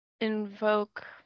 invoke